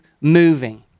moving